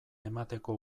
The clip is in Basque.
emateko